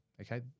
Okay